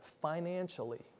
financially